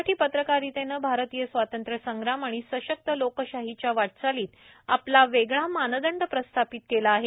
मराठी पत्रकारितेने भारतीय स्वातंत्र्य संग्राम आणि सशक्त लोकशाहीच्या वाटचालीत आपला वेगळा मानदंड प्रस्थापित केला आहे